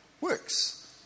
works